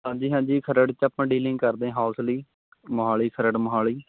ਹਾਂਜੀ ਹਾਂਜੀ ਖਰੜ 'ਚ ਆਪਾਂ ਡੀਲਿੰਗ ਕਰਦੇ ਹਾਊਸ ਲਈ ਮੋਹਾਲੀ ਖਰੜ ਮੋਹਾਲੀ